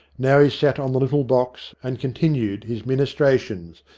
now he sat on the little box and continued his minis trations,